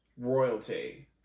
royalty